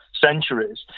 centuries